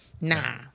Nah